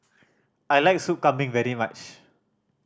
I like Soup Kambing very much